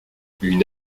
une